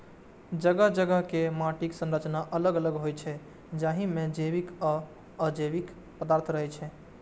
जगह जगह के माटिक संरचना अलग अलग होइ छै, जाहि मे जैविक आ अजैविक पदार्थ रहै छै